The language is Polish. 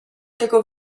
tego